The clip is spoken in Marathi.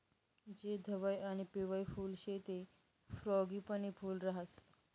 जे धवयं आणि पिवयं फुल शे ते फ्रॉगीपनी फूल राहास